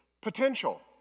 potential